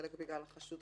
חלק בגלל חשוד,